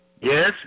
Yes